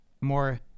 more